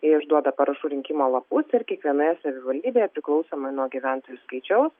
išduoda parašų rinkimo lapus ir kiekvienoje savivaldybėje priklausomai nuo gyventojų skaičiaus